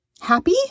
happy